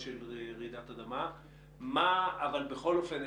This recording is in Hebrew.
עד כאן.